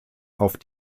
auf